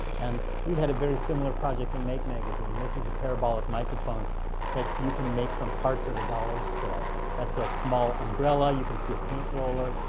and we had a very similar project in make magazine. this is a parabolic microphone that you can make from parts at a dollar store. that's a small umbrella. you can see a paint roller.